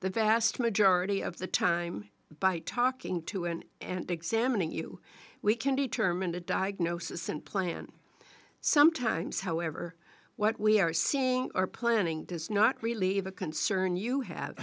the vast majority of the time by talking to an aunt examining you we can determine the diagnosis and plan sometimes however what we are seeing are planning does not relieve a concern you have